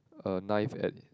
a knife at